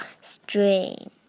string